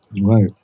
Right